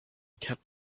kept